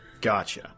Gotcha